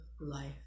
life